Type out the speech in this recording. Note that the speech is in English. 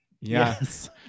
yes